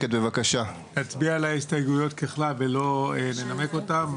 שנצביע על ההסתייגויות ככלל ולא לנמק אותן.